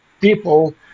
people